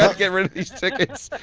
ah get rid of these tickets.